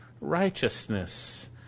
righteousness